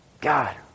God